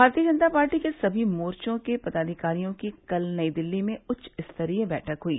भारतीय जनता पार्टी के सभी मोर्चो के पदाधिकारियों की कल नई दिल्ली में उच्च स्तरीय बैठक हुई